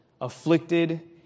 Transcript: afflicted